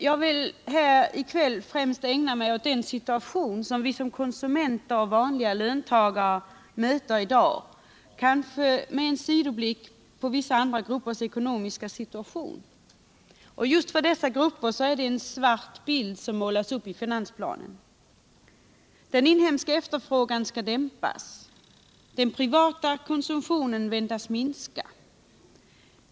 Jag vill här främst ägna mig åt den situation som vi som konsumenter och vanliga löntagare möter i dag — kanske med en sidoblick på vissa andra gruppers ekonomiska situation. Just för dessa grupper är det en svart bild som målas upp i finansplanen. Den inhemska efterfrågan skall dämpas och den privata konsumtionen väntas minska.